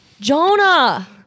Jonah